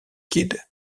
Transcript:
kid